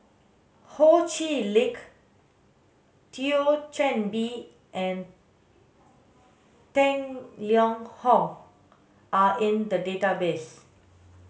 Ho Chee Lick Thio Chan Bee and Tang Liang Hong are in the database